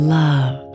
love